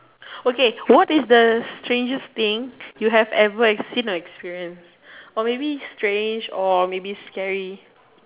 okay what is the strangest thing you have ever seen or experience or maybe strange or maybe scary